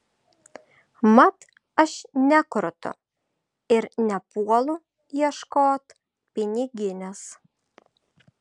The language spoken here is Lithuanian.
mat aš nekrutu ir nepuolu ieškot piniginės